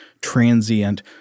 transient